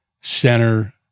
center